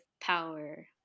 power